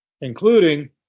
including